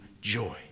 joy